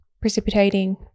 precipitating